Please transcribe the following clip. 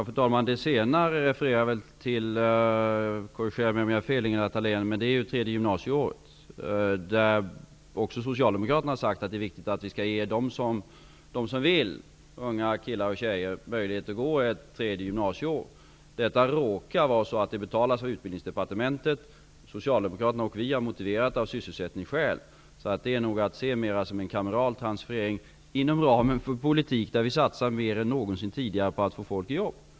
Fru talman! Det senare refererar jag till -- korrigera mig om jag har fel Ingela Thalén --, nämligen till det tredje gymnasieåret. I den frågan har också Socialdemokraterna sagt att det är viktigt att de unga killar och tjejer som vill skall ges möjlighet att gå ett tredje gymnasieår. Det råkar vara så att det betalas av Utbildningsdepartementet. Socialdemokraterna och vi har motiverat förslaget av sysselsättningsskäl. Detta är nog att se mer som en kameral transferering inom ramen för en politik där vi mer än någonsin tidigare satsar på att få folk i jobb.